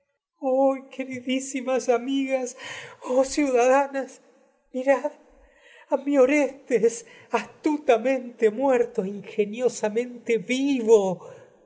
queridísimas amigas oh ciudada nas mirad a mi orestes astutamente muerto e inge niosamente vivo